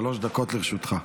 שלוש דקות לרשותך.